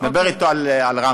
אני מדבר אתו על רמב"ם.